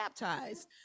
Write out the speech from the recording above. baptized